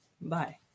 Bye